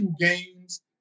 games